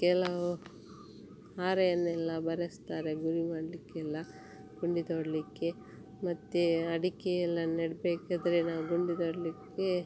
ಕೆಲವು ಹಾರೆಯನ್ನೆಲ್ಲ ಬಳಸ್ತಾರೆ ಗುಂಡಿ ಮಾಡಲಿಕ್ಕೆಲ್ಲ ಗುಂಡಿ ತೊಡಲಿಕ್ಕೆ ಮತ್ತು ಅಡಿಕೆಯೆಲ್ಲ ನೆಡಬೇಕಾದ್ರೆ ನಾವು ಗುಂಡಿ ತೊಡಲಿಕ್ಕೆ